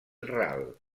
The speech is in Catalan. ral